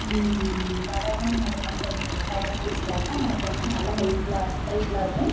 வடகம் அதை மாதிரி செஞ்சு தயாரிச்சு வச்சுட்டாக்க நமக்கு வந்து நல்ல ஹெல்ப்புலாக ஹெல்ப்ஃபுலாகருக்கும்